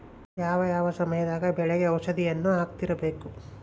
ಯಾವ ಯಾವ ಸಮಯದಾಗ ಬೆಳೆಗೆ ಔಷಧಿಯನ್ನು ಹಾಕ್ತಿರಬೇಕು?